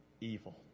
evil